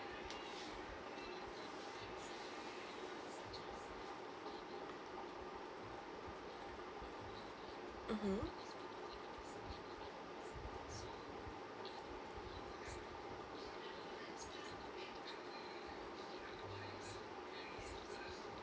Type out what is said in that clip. mmhmm